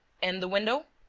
and the window?